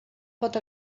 pot